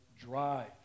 drive